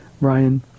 Brian